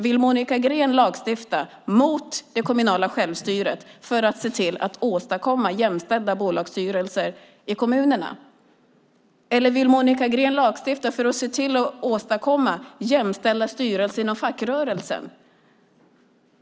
Vill Monica Green lagstifta mot det kommunala självstyret för att se till att åstadkomma jämställda bolagsstyrelser i kommunerna? Eller vill Monica Green lagstifta för att se till att åstadkomma jämställda styrelser inom fackrörelsen?